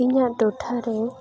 ᱤᱧᱟᱹᱜ ᱴᱚᱴᱷᱟᱨᱮ